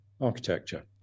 architecture